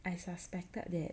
I suspected that